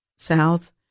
South